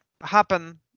happen